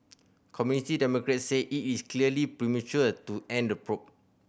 Committee Democrats say it is clearly premature to end the probe